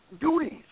duties